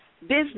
business